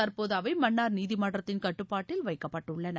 தற்போது அவை மன்னார் நீதிமன்றத்தின் கட்டுப்பாட்டில் வைக்கப்பட்டுள்ளன